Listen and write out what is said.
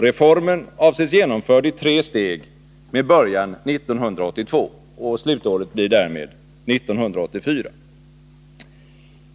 Reformen avses genomförd i tre steg med början 1982. Slutåret blir därmed 1984.